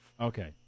Okay